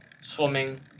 swimming